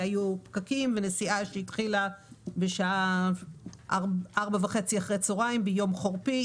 היו פקקים ונסיעה שהתחילה בשעה 16:30 אחרי הצוהריים ביום חורפי,